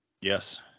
Yes